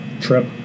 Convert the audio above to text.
trip